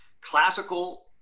Classical